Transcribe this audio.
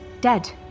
Dead